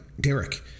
Derek